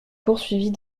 poursuivis